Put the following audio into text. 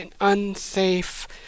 unsafe